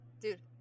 dude